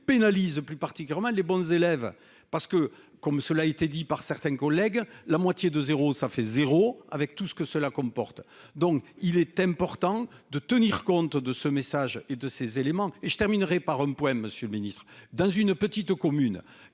pénalise de plus particulièrement les bons élèves parce que, comme cela a été dit par certains collègues. La moitié de 0, ça fait 0 avec tout ce que cela comporte. Donc il est important de tenir compte de ce message et de ses éléments, et je terminerai par un poème, Monsieur le Ministre, dans une petite commune.